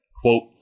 Quote